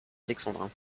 alexandrin